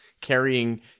carrying